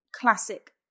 classic